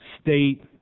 state